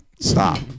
stop